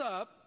up